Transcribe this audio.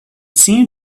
seemed